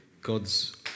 God's